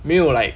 没有 like